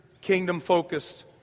kingdom-focused